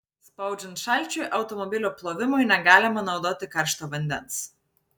spaudžiant šalčiui automobilio plovimui negalima naudoti karšto vandens